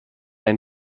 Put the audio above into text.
ein